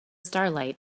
starlight